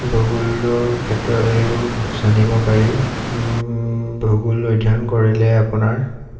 ভূগোলৰ ক্ষেত্ৰত এইবোৰ জানিব পাৰি ভূগোল অধ্যয়ন কৰিলে আপোনাৰ